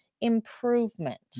improvement